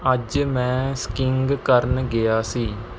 ਅੱਜ ਮੈਂ ਸਕੀਇੰਗ ਕਰਨ ਗਿਆ ਸੀ